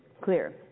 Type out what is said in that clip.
clear